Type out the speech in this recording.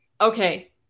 okay